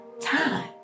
time